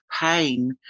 pain